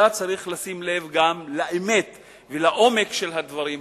צריך לשים לב גם לאמת וגם לעומק של הדברים האמיתיים.